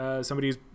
somebody's